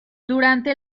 durante